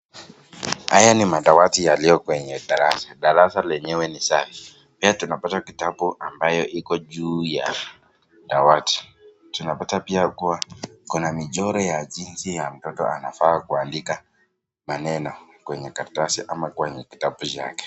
Haya ni madawati yaliyo kwenye darasa. Darasa lenyewe ni safi. Pia tunapata kitabu ambayo iko juu ya dawati. Tunapata pia kuwa kuna michoro ya jinsi ya mtoto anafaa kuandika maneno kwenye karatasi ama kwenye kitabu chake.